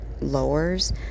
lowers